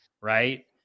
Right